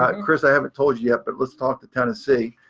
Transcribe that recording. ah and chris, i haven't told you yet, but let's talk to tennessee,